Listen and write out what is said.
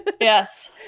Yes